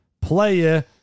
player